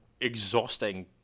exhausting